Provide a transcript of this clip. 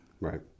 right